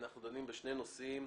אנחנו דנים בשני נושאים: